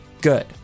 GOOD